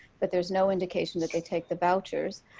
but there's no indication that they take the vouchers.